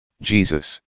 Jesus